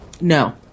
No